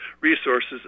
resources